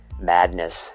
madness